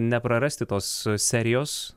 neprarasti tos serijos